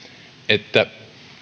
että